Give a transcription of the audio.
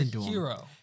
Hero